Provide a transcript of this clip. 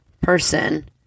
person